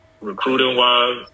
recruiting-wise